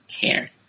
care